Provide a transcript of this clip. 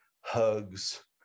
hugs